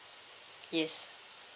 yes